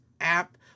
app